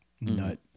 nut